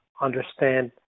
understand